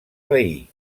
veí